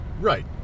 Right